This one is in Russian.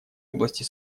области